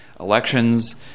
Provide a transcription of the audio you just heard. Elections